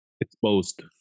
exposed